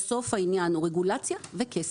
בסוף העניין הוא רגולציה וכסף.